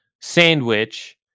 sandwich